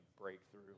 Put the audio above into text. breakthrough